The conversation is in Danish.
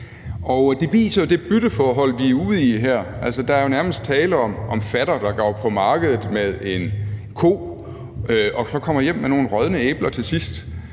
Det viser jo det bytteforhold, vi er ude i her. Altså, der er jo nærmest tale om fatter, der går på markedet med en ko og så til sidst kommer hjem med nogle rådne æbler, og så står